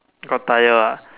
got tyre ah